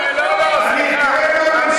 לא לא, סליחה, אני, עם מירי.